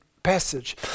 Passage